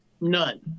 None